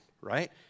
right